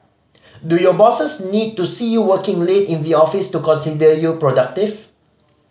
do your bosses need to see you working late in the office to consider you productive